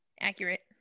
Accurate